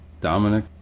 Dominic